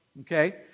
Okay